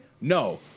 No